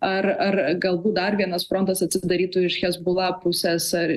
ar ar galbūt dar vienas frontas atsidarytų iš hezbollah pusės ar